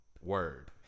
word